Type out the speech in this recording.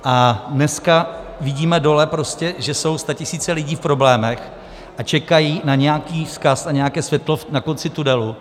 A dneska vidíme dole prostě, že jsou statisíce lidí v problémech a čekají na nějaký vzkaz, na nějaké světlo na konci tunelu.